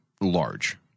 large